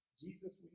Jesus